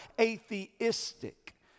atheistic